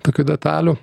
tokių detalių